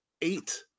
eight